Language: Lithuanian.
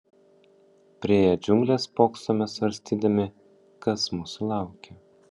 priėję džiungles spoksome svarstydami kas mūsų laukia